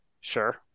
sure